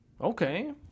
Okay